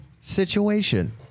Situation